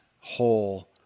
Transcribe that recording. whole